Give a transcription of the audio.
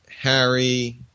Harry